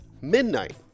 Midnight